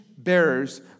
Bearers